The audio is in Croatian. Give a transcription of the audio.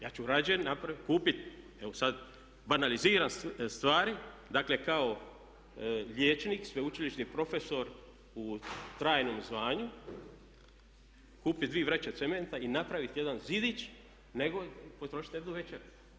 Ja ću radije kupiti evo sad banaliziram stvari, dakle kao liječnik, sveučilišni profesor u trajnom zvanju, kupit dvije vreće cementa i napraviti jedan zidić nego potrošiti na jednu večeru.